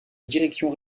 direction